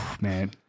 man